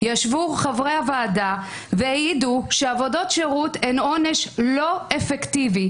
ישבו חברי הוועדה והעידו שעבודות שירות הן עונש לא אפקטיבי,